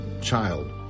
child